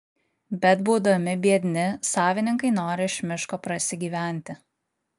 bet būdami biedni savininkai nori iš miško prasigyventi